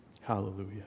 Hallelujah